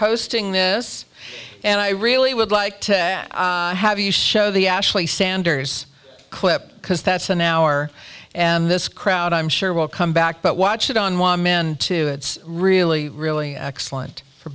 hosting this and i really would like to have you show the ashley sanders clip because that's an hour and this crowd i'm sure will come back but watch it on one man to it's really really excellent for